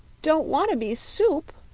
don't want to be soup,